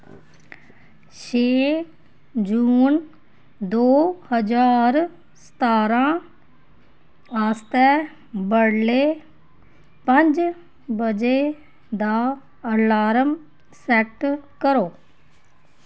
छे जून दो हजार सतारां आस्तै बडलै पंज बजे दा अलार्म सैट्ट करो